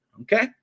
okay